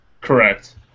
Correct